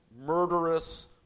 murderous